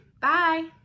Bye